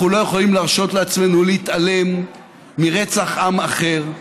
אנחנו לא יכולים להרשות לעצמנו להתעלם מרצח עם אחר,